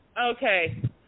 Okay